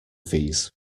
fees